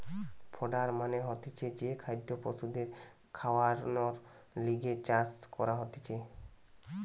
fodder মানে হতিছে যে খাদ্য পশুদের খাওয়ানর লিগে চাষ করা হতিছে